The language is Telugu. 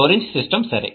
లోరెంజ్ సిస్టమ్ సరే